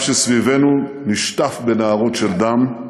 המרחב שסביבנו נשטף בנהרות של דם,